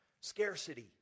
Scarcity